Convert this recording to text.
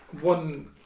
one